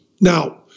Now